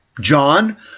John